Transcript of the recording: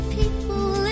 people